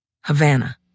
Havana